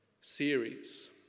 series